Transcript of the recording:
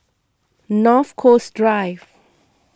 North Coast Drive